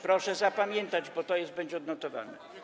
Proszę zapamiętać, bo to będzie odnotowane.